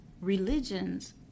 religions